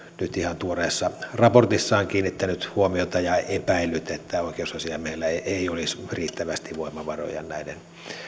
nyt ihan tuoreessa raportissaan kiinnittänyt huomiota ja epäillyt että oikeusasiamiehellä ei ei olisi riittävästi voimavaroja näiden